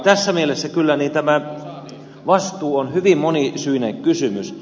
tässä mielessä kyllä tämä vastuu on hyvin monisyinen kysymys